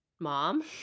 Mom